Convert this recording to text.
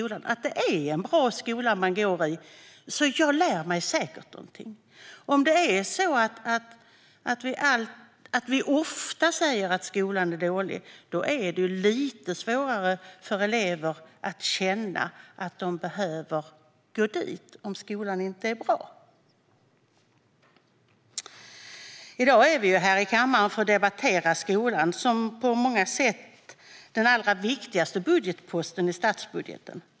De ska känna att det är en bra skola som de går i och att de därför säkert lär sig någonting. Om vi alltför ofta säger att skolan är dålig är det lite svårare för elever att känna att de behöver gå dit. I dag är vi här i kammaren för att debattera skolan, som på många sätt är den allra viktigaste posten i statsbudgeten.